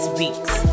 week's